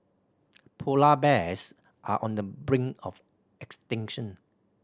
polar bears are on the brink of extinction